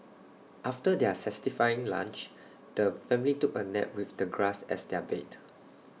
after their satisfying lunch the family took A nap with the grass as their bed